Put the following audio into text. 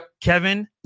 Kevin